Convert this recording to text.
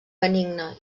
benigna